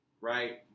right